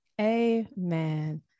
Amen